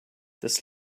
this